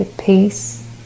peace